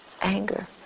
anger